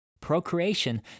Procreation